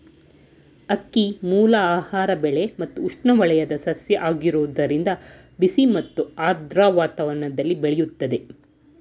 ಅಕ್ಕಿಮೂಲ ಆಹಾರ ಬೆಳೆ ಮತ್ತು ಉಷ್ಣವಲಯದ ಸಸ್ಯ ಆಗಿರೋದ್ರಿಂದ ಬಿಸಿ ಮತ್ತು ಆರ್ದ್ರ ವಾತಾವರಣ್ದಲ್ಲಿ ಬೆಳಿತದೆ